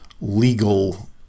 legal